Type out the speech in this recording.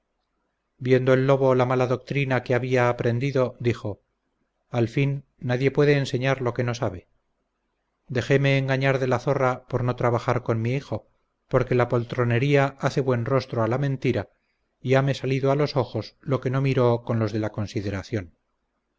viendo el lobo la mala doctrina que había aprendido dijo al fin nadie puede enseñar lo que no sabe dejéme engañar de la zorra por no trabajar con mi hijo porque la poltronería hace buen rostro a la mentira y hame salido a los ojos lo que no miró con los de la consideración